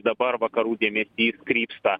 dabar vakarų dėmesys krypsta